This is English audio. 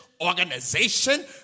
organization